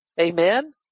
Amen